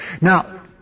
Now